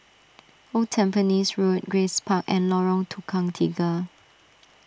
Old Tampines Road Grace Park and Lorong Tukang Tiga